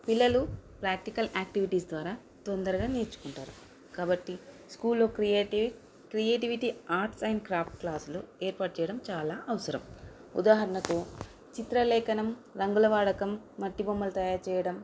పిల్లలు practical activities ద్వారా తొందరగా నేర్చుకుంటారు కాబట్టి స్కూల్లో creativity creativity arts and craft క్లాసులు ఏర్పాటు చేయడం చాలా అవసరం ఉదాహరణకు చిత్రలేఖనం రంగుల వాడకం మట్టి బొమ్మలు తయారు చేయడం